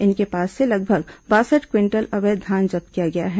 इनके पास से लगभग बासठ क्विंटल अवैध धान जब्त किया गया है